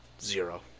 zero